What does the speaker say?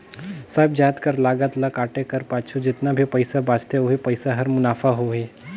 सब जाएत कर लागत ल काटे कर पाछू जेतना भी पइसा बांचथे ओही पइसा हर मुनाफा होही